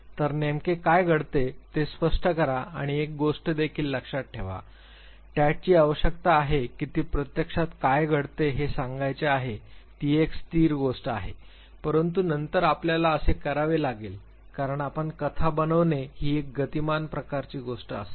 तर नेमके काय घडते ते स्पष्ट करा आणि एक गोष्ट देखील लक्षात ठेवा TAT ची आवश्यकता आहे की ती प्रत्यक्षात काय घडत आहे हे सांगायचे आहे ती एक स्थिर गोष्ट आहे परंतु नंतर आपल्याला असे करावे लागेल कारण आपण कथा बनविणे ही एक गतिमान प्रकारची गोष्ट असेल